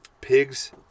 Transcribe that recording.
Pigs